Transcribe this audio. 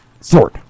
Sword